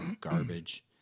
garbage